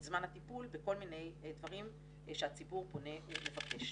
זמן הטיפול בכל מיני דברים שהציבור פונה לבקש.